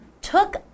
took